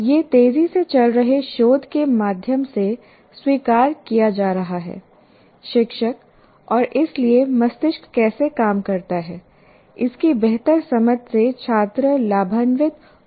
यह तेजी से चल रहे शोध के माध्यम से स्वीकार किया जा रहा है शिक्षक और इसलिए मस्तिष्क कैसे काम करता है इसकी बेहतर समझ से छात्र लाभान्वित हो सकते हैं